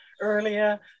earlier